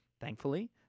Thankfully